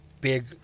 big